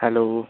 hello